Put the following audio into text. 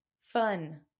fun